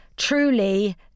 truly